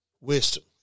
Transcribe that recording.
wisdom